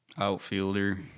outfielder